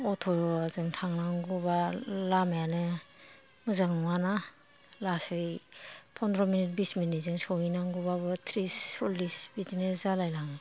अथ'जों थांनांगौबा लामायानो मोजां नङाना लासै फन्द्र मिनिट बिस मिनिटजों सहैनांगौबाबो थ्रिस सरलिस बिदिनो जालायलाङो